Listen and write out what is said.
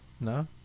No